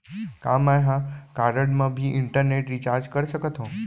का मैं ह कारड मा भी इंटरनेट रिचार्ज कर सकथो